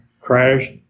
crashed